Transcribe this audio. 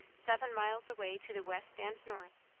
seven miles away to the west and north,